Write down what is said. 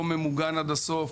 לא ממוגן עד הסוף,